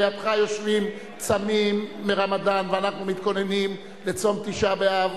לידך יושבים צמים מהרמדאן ואנחנו מתכוננים לצום תשעה באב,